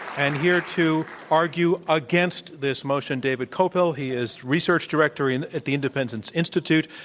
and here to argue against this motion, david kopel. he is research director and at the independence institute,